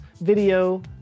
video